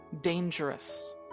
dangerous